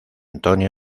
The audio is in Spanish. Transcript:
antonio